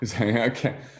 okay